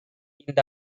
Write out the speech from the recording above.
இந்த